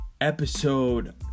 Episode